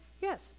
Yes